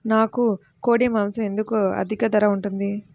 నాకు కోడి మాసం ఎందుకు అధిక ధర ఉంటుంది?